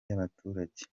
y’abaturage